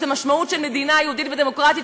את המשמעות של מדינה יהודית ודמוקרטית,